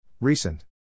Recent